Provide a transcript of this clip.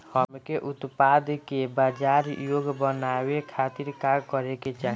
हमके उत्पाद के बाजार योग्य बनावे खातिर का करे के चाहीं?